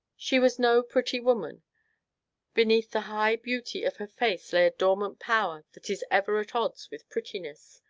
she was no pretty woman beneath the high beauty of her face lay a dormant power that is ever at odds with prettiness,